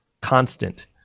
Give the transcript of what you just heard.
constant